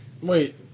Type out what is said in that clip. Wait